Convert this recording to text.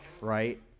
right